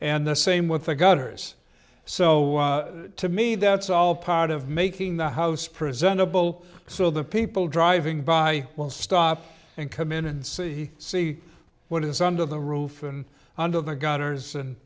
and the same with the gutters so to me that's all part of making the house presentable so the people driving by will stop and come in and see see what is under the roof and under the gutters